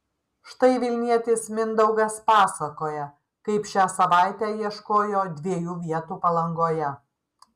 štai vilnietis mindaugas pasakoja kaip šią savaitę ieškojo dviejų vietų palangoje